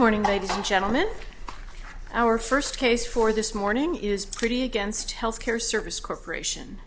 and gentlemen our first case for this morning is pretty against health care service corporation